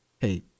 Hey